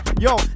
Yo